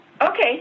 okay